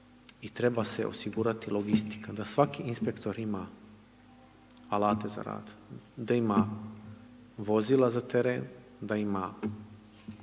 i treba se osigurati logistika, da svaki inspektor ima alate za rad, da ima vozila za teren, da ima